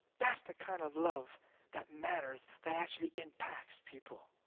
that's the kind of love that matters, that actually impacts people.